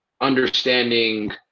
understanding